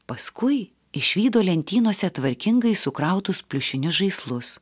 paskui išvydo lentynose tvarkingai sukrautus pliušinius žaislus